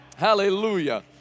Hallelujah